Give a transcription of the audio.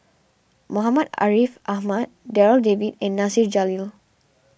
Muhammad Ariff Ahmad Darryl David and Nasir Jalil